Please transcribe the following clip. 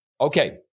Okay